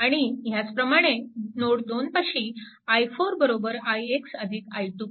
आणि ह्याचप्रमाणे नोड 2 पाशी i4 ix i2